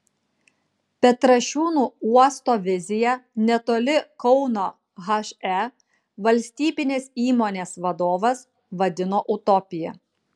petrašiūnų uosto viziją netoli kauno he valstybinės įmonės vadovas vadino utopija